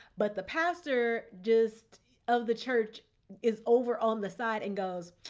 but the pastor just of the church is over on the side and goes,